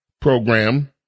program